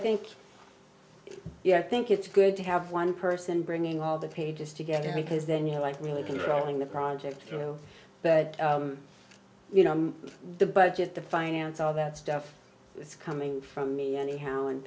think yeah i think it's good to have one person bringing all the pages together because then you're like really controlling the project through but you know the budget the finance all that stuff it's coming from me anyhow and